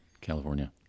California